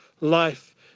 life